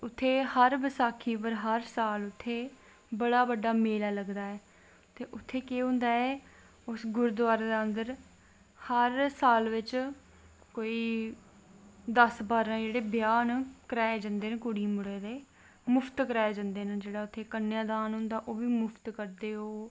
उत्थें हर बसाखी उप्पर साल उत्थें बड़ा बड्डा मेला लगदा ऐ ते उत्थें केह् होंदा ऐ उस गुरदवारे दे अन्दर हहर साल बिच्च दस बारहां जेह्ड़े ब्याह् न कराए जंदे न कुड़ियें मुड़ें दे मुप्त कराए जंदे जेह्ड़े क्या दैान होंदा ओह् बी मुफ्त करदे ओह्